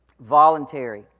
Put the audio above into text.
Voluntary